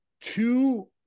two